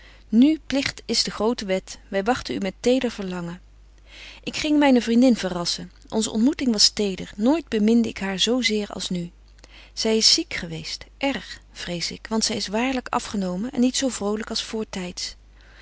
nu pligt is de grote wet wy wagten u met teder verlangen ik ging myne vriendin verrasschen onze ontmoeting was teder nooit beminde ik haar zo zeer als nu zy is ziek geweest erg vrees ik want zy is waarlyk afgenomen en niet zo vrolyk als